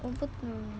我不懂